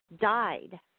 died